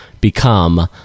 become